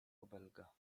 obelga